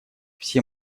все